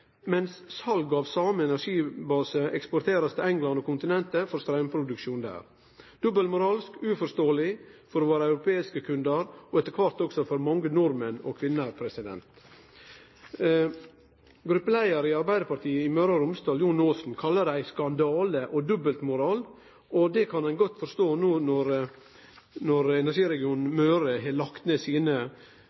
mens salet av same energibasen blir eksportert til England og kontinentet for straumproduksjon der. Dette er dobbeltmoralsk og uforståeleg for våre europeiske kundar, og etter kvart også for mange nordmenn og -kvinner. Gruppeleiaren i Arbeidarpartiet i Møre og Romsdal, Jon Aasen, kallar det ein skandale og dobbeltmoral, og det kan ein godt forstå no når energiregionen Møre har lagt ned sine